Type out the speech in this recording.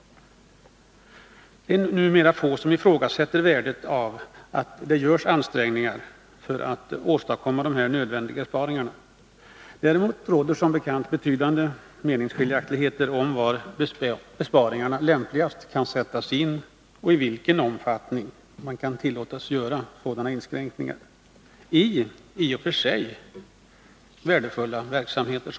Det är numera få som ifrågasätter värdet av att det görs ansträngningar för att åstadkomma de nödvändiga besparingarna. Däremot råder som bekant betydande meningsskiljaktigheter om var besparingarna lämpligast skall sättas in och i vilken omfattning man kan tillåtas göra sådana inskränkningar i i och för sig värdefulla verksamheter.